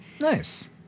Nice